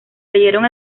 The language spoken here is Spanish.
leyeron